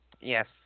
Yes